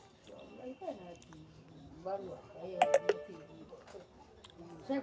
Thai sacbrood रोग Asian hive बी.ए cerana कें प्रभावित करै छै